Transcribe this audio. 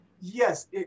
Yes